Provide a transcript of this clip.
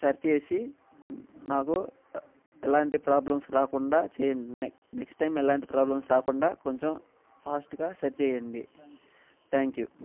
సరిచేసి నాకు ఎలాంటి ప్రాబ్లమ్స్ రాకుండా చెయ్యండి నెక్స్ట్ టైమ్ ఇలాంటి ప్రాబ్లమ్స్ రాకుండా కొంచెం ఫాస్ట్గా సరిచెయ్యండి థ్యాంక్ యూ